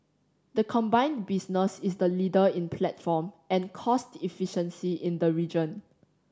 the combined business is the leader in platform and cost efficiency in the region